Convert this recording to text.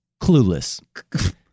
Clueless